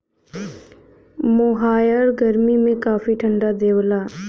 मोहायर गरमी में काफी ठंडा देवला